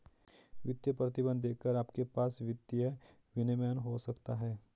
वित्तीय प्रतिबंध देखकर आपके पास वित्तीय विनियमन हो सकता है